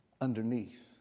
underneath